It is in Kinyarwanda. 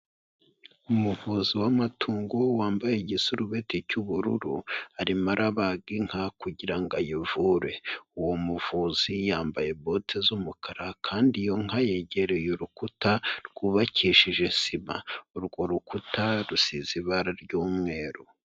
Umuvuzi w'amatungo wambaye igisurubeti cy'ubururu arimo arabaga inka kugira ngo ayivure. Uwo muvuzi yambaye bote z'umukara kandi iyo nka yegereye urukuta rwubakishije sima, urwo rukuta rusize ibara ry'umweru.